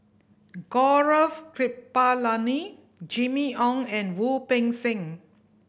Gaurav Kripalani Jimmy Ong and Wu Peng Seng